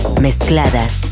mezcladas